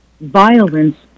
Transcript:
violence